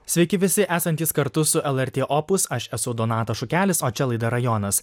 sveiki visi esantys kartu su lrt opus aš esu donatas šukelis o čia laida rajonas